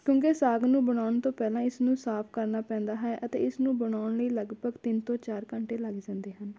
ਕਿਉਂਕਿ ਸਾਗ ਨੂੰ ਬਣਾਉਣ ਤੋਂ ਪਹਿਲਾਂ ਇਸ ਨੂੰ ਸਾਫ਼ ਕਰਨਾ ਪੈਂਦਾ ਹੈ ਅਤੇ ਇਸ ਨੂੰ ਬਣਾਉਣ ਲਈ ਲਗਭਗ ਤਿੰਨ ਤੋਂ ਚਾਰ ਘੰਟੇ ਲੱਗ ਜਾਂਦੇ ਹਨ